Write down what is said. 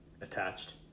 attached